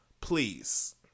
please